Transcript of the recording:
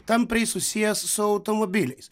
tampriai susijęs su automobiliais